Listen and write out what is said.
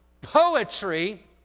Poetry